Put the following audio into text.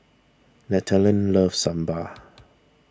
Nathanael loves Sambar